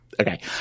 okay